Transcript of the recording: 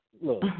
Look